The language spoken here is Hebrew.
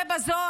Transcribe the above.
זה בזו,